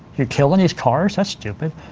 you are killing these cars, that's stupid,